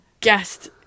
Guest